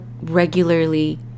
regularly